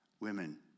women